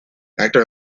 actor